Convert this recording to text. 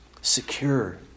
Secure